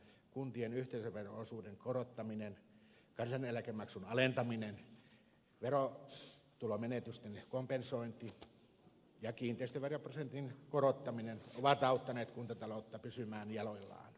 kuntien yhteisövero osuuden korottaminen kansaneläkemaksun alentaminen verotulomenetysten kompensointi ja kiinteistöveroprosentin korottaminen ovat auttaneet kuntataloutta pysymään jaloillaan